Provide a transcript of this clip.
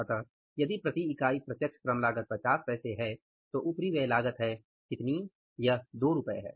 अतः यदि प्रति इकाई प्रत्यक्ष श्रम लागत 50 पैसे है तो उपरिव्यय लागत कितनी है वह 2 रु है